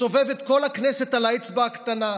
מסובב את כל הכנסת על האצבע הקטנה.